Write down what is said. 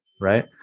right